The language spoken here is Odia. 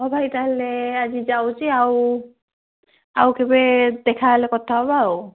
ହେଉ ଭାଇ ତାହାଲେ ଆଜି ଯାଉଛି ଆଉ ଆଉ କେବେ ଦେଖା ହେଲେ କଥା ହେବା ଆଉ